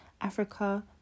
Africa